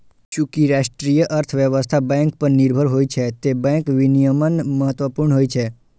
चूंकि राष्ट्रीय अर्थव्यवस्था बैंक पर निर्भर होइ छै, तें बैंक विनियमन महत्वपूर्ण होइ छै